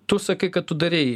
tu sakai kad tu darei